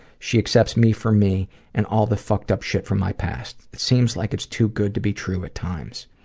she accepts me for me and all the fucked-up shit from my past. it seems like it's too good to be true at times.